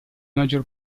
maggior